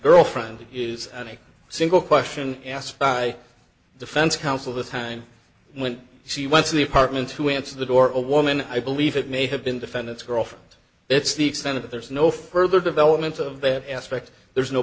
girlfriend is an a single question asked by the defense counsel the time when she went to the apartment to answer the door or woman i believe it may have been defendant's girlfriend it's the extent of there's no further development of that aspect there's no